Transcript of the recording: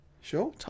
sure